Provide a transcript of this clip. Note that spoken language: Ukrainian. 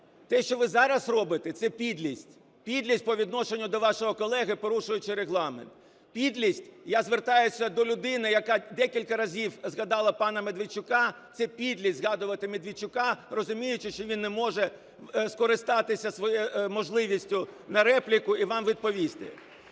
те, що ви зараз робите – це підлість, підлість по відношенню до вашого колеги, порушуючи Регламент. Підлість, я звертаюся до людини, яка декілька разів згадала пана Медведчука, це підлість згадувати Медведчука, розуміючи, що він не може скористатися своєю можливістю на репліку і вам відповісти.